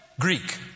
Greek